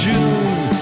June